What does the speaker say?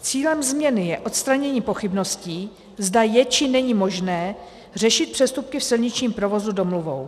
Cílem změny je odstranění pochybností, zda je, či není možné řešit přestupky v silničním provozu domluvou.